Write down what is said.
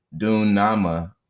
Dunama